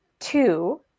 two